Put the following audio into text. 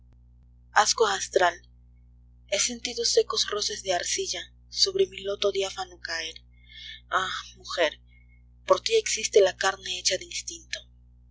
he sentido secos roces de arcilla sobre mi loto diáfano caer ah mujer por tí existe la carne hecha